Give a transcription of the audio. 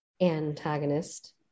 antagonist